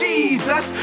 Jesus